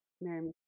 Mary